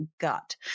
gut